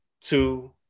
two